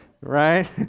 right